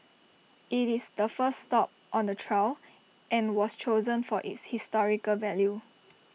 IT is the first stop on the trail and was chosen for its historical value